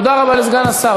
תודה רבה לסגן השר.